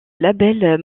label